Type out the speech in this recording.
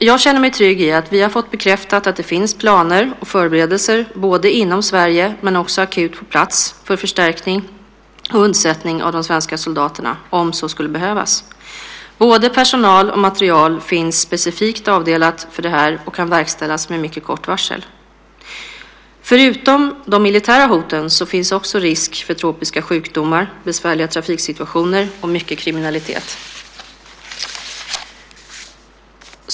Jag känner mig dock trygg i att vi har fått bekräftat att det finns planer och förberedelser, både inom Sverige och akut på plats, för förstärkning och undsättning av de svenska soldaterna om så skulle behövas. Både personal och material finns specifikt avdelat för detta och kan sättas in med mycket kort varsel. Förutom de militära hoten finns också risk för tropiska sjukdomar, besvärliga trafiksituationer och mycket kriminalitet.